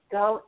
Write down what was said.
go